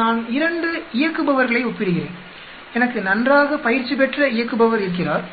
நான் 2 இயக்குபவர்களை ஒப்பிடுகிறேன் எனக்கு நன்றாக பயிற்சி பெற்ற இயக்குபவர் இருக்கிறார்